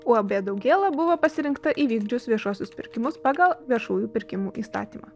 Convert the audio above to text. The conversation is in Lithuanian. uab daugėla buvo pasirinkta įvykdžius viešuosius pirkimus pagal viešųjų pirkimų įstatymą